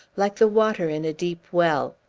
like the water in a deep well.